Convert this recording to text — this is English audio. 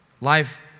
Life